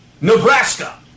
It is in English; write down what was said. Nebraska